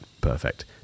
perfect